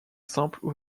simple